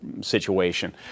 situation